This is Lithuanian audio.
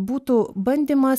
būtų bandymas